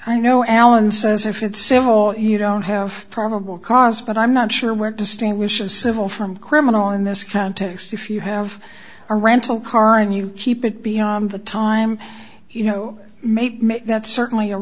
i know alan says if it's civil you don't have probable cause but i'm not sure where distinguishes civil from criminal in this context if you have a rental car and you keep it beyond the time you know maybe that's certainly a